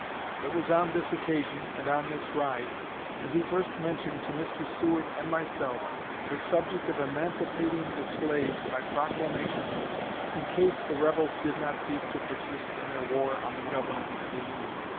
it was on this occasion and on this ride that he first mentioned to mr. seward and myself the subject of emancipating the slaves by proclamation in case the rebels did not cease to persist in their war on the government and the union,